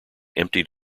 emptied